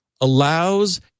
allows